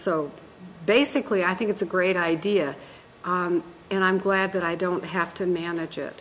so basically i think it's a great idea and i'm glad that i don't have to manage it